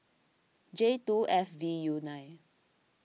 J two F V U nine